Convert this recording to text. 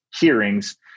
hearings